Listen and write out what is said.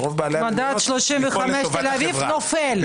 לפעול לטובת החברה.